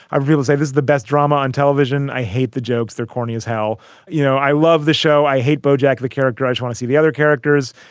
i really say this the best drama on television. i hate the jokes. they're corny is how you know, i love the show. i hate bojack, bojack, the character. i want to see the other characters,